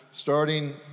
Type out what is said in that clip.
starting